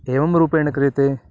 एवं रूपेण क्रियते